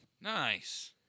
Nice